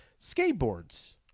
Skateboards